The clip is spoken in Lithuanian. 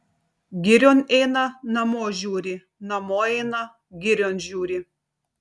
girion eina namo žiūri namo eina girion žiūri